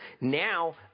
now